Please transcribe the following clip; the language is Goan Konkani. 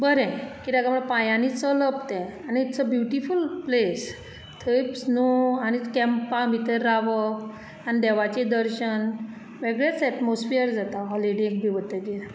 बरे कित्याक कांय म्हणल्यार पांयांनी चलप तें आनी इट्स अ ब्यूटिफुल प्लेस थंय स्नो आनी कँपां भितर रावप आनी देवाचें दर्शन वेगळेंच ऐटमोस्फीयर जाता हॉलिडेक बी वतगीर